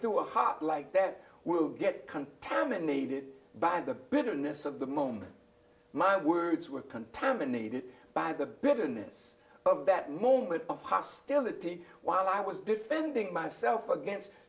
through a heart like that will get contaminated by the bitterness of the moment my words were contaminated by the bitterness of that moment of hostility while i was defending myself against